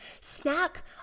Snack